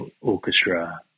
orchestra